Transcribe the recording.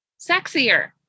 sexier